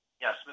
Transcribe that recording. Yes